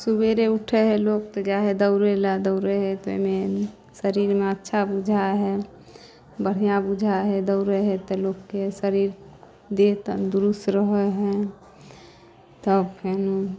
सुबेरे उठै हइ लोक तऽ जाइ हइ दौड़ैलए दौड़ै हइ तऽ ओहिमे शरीरमे अच्छा बुझाइ हइ बढ़िआँ बुझाइ हइ दौड़ै हइ तऽ लोकके शरीर देह तन्दुरुस्त रहै हइ तब फेनू